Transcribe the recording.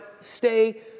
Stay